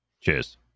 Cheers